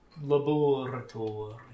laboratory